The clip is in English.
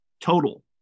total